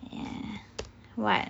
ya what